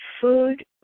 food